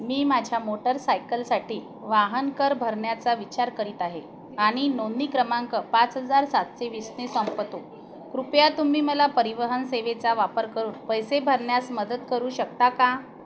मी माझ्या मोटरसायकलसाठी वाहनकर भरण्याचा विचार करीत आहे आणि नोंदणी क्रमांक पाच हजार सातशे वीसने संपतो कृपया तुम्ही मला परिवहन सेवेचा वापर करून पैसे भरण्यास मदत करू शकता का